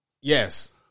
Yes